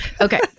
Okay